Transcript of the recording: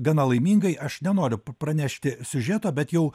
gana laimingai aš nenoriu pranešti siužeto bet jau